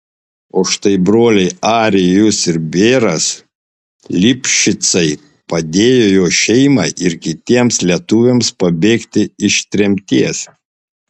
o štai broliai arijus ir beras lipšicai padėjo jo šeimai ir kitiems lietuviams pabėgti iš tremties